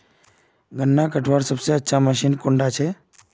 गन्ना कटवार सबसे अच्छा मशीन कुन डा छे?